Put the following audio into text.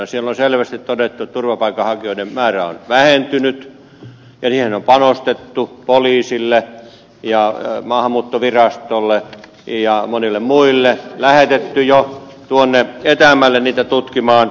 siellä on selvästi todettu että turvapaikanhakijoiden määrä on vähentynyt ja siihen on panostettu poliisiin ja maahanmuuttovirastoon ja moniin muihin lähetetty jo tuonne etäämmälle niitä tutkimaan